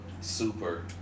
super